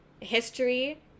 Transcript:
history